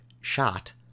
shot